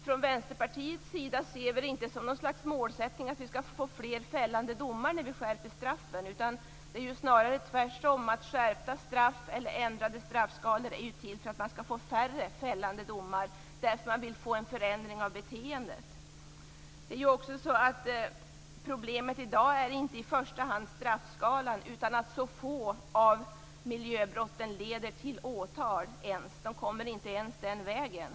Från Vänsterpartiets sida ser vi det inte som en målsättning att få fler fällande domar när vi skärper straffen. Det är snarare tvärtom, att skärpta straff eller ändrade straffskalor är till för att man skall få färre fällande domar, därför att man vill få en förändring av beteendet. Problemet i dag är inte i första hand straffskalan, utan att det är så få av miljöbrotten som leder till åtal, att de inte ens kommer upp den vägen.